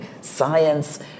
science